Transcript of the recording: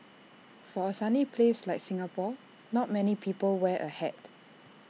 for A sunny place like Singapore not many people wear A hat